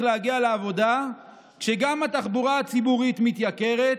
להגיע לעבודה כשגם התחבורה הציבורית מתייקרת